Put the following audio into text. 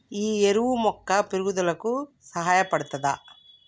ఈ ఎరువు మొక్క పెరుగుదలకు సహాయపడుతదా?